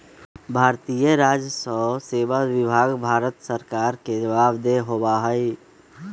भारतीय राजस्व सेवा विभाग भारत सरकार के जवाबदेह होबा हई